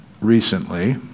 recently